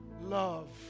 love